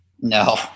No